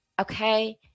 okay